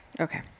Okay